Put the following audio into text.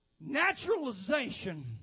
Naturalization